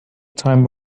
time